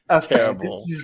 Terrible